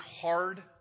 hard